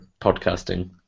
podcasting